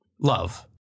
love